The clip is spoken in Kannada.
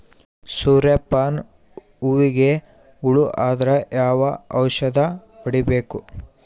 ಸೂರ್ಯ ಪಾನ ಹೂವಿಗೆ ಹುಳ ಆದ್ರ ಯಾವ ಔಷದ ಹೊಡಿಬೇಕು?